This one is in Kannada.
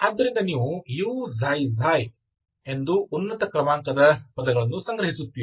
ಆದ್ದರಿಂದ ನೀವು uξξ ಎಂದು ಉನ್ನತ ಕ್ರಮಾಂಕದ ಪದಗಳನ್ನು ಸಂಗ್ರಹಿಸುತ್ತೀರಿ